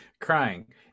crying